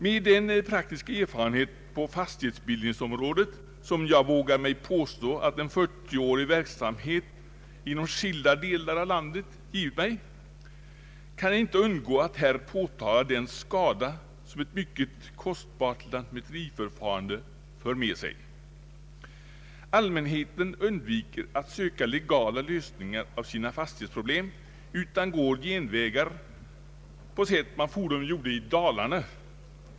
Med den praktiska erfarenhet på fastighetsbildningsområdet som jag vågar påstå att en 40-årig verksamhet inom skilda delar av landet givit mig, kan jag inte undgå att här påtala den skada som ett mycket kostsamt lantmäteriförfarande för med sig. Allmänheten undviker att söka legala lösningar av sina fastighetsproblem och går genvägar på samma sätt som man fordom gjorde i Dalarna.